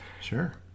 Sure